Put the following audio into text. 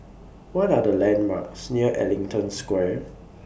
What Are The landmarks near Ellington Square